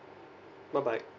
bye bye